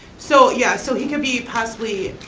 so yeah so he can be possibly,